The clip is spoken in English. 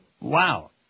Wow